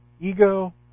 Ego